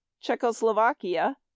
Czechoslovakia